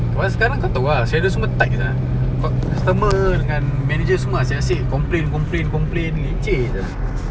sekarang kau tahu ah schedule semua tight sia ko~ customer dengan manager semua asyik-asyik complain complain complain leceh jer